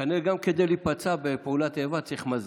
כנראה גם כדי להיפצע בפעולת איבה צריך מזל.